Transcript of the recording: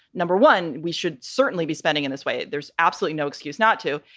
number one, we should certainly be spending in this way. there's absolutely no excuse not to.